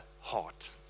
heart